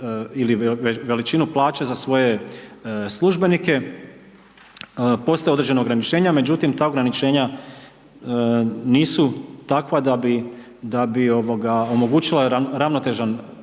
ili veličinu plaća za svoje službenike. Postoje određena ograničenja međutim ta ograničenja nisu takva da bi omogućila ravnotežan